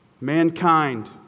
mankind